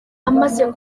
amaze